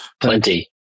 Plenty